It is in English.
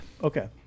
okay